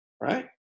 right